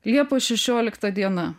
liepos šešiolikta diena